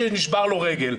שילמתי לו על תקנים,